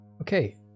Okay